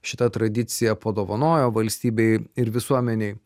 šita tradicija padovanojo valstybei ir visuomenei